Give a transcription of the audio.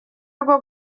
rwo